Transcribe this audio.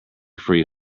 free